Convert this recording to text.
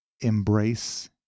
embrace